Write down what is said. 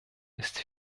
ist